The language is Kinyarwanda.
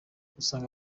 usanga